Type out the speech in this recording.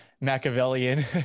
Machiavellian